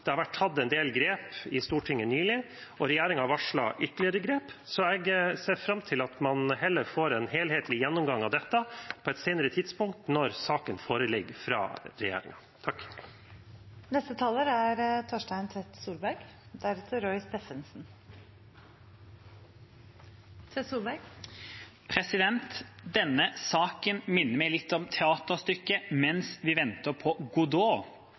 Det har vært tatt en del grep i Stortinget nylig, og regjeringen har varslet ytterligere grep, så jeg ser fram til at man heller får en helhetlig gjennomgang av dette på et senere tidspunkt når saken foreligger fra regjeringen. Denne saken minner meg litt om teaterstykket «Mens vi venter på Godot» av Samuel Beckett – det absurde teaters gjennombrudd. Wikipedia kan fortelle at teaterstykket handler om to personer som venter på